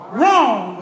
wrong